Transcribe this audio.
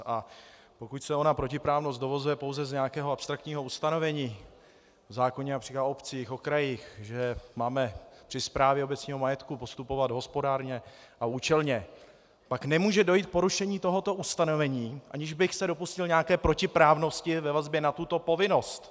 A pokud se ona protiprávnost dovozuje pouze z nějakého abstraktního ustanovení v zákoně o obcích, o krajích, že máme při správě obecního majetku postupovat hospodárně a účelně, pak nemůže dojít k porušení tohoto ustanovení, aniž bych se dopustil nějaké protiprávnosti ve vazbě na tuto povinnost.